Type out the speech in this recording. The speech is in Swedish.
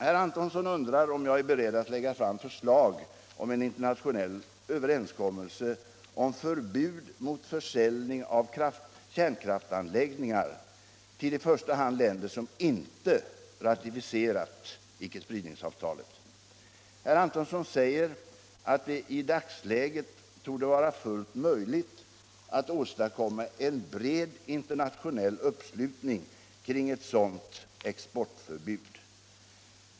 Herr Antonsson undrar om jag är beredd att lägga fram förslag om en internationell överenskommelse om förbud mot försäljning av kärnkraftsanläggningar till i första hand länder som inte ratificerat icke-spridningsavtalet. Herr Antonsson säger att det i dagsläget torde ”vara fullt möjligt att åstadkomma en bred internationell uppslutning kring ett sådant exportförbud”.